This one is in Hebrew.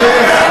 בחייך,